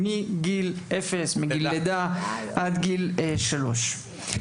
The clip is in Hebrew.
שמתחילה מגיל לידה עד גיל שלוש.